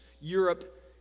Europe